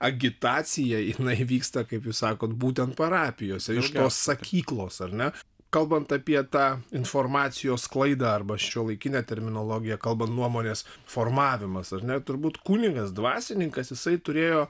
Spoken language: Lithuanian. agitacija jinai vyksta kaip jūs sakot būtent parapijose iš tos sakyklos ar ne kalbant apie tą informacijos sklaidą arba šiuolaikine terminologija kalbant nuomonės formavimas ar ne turbūt kunigas dvasininkas jisai turėjo